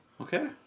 Okay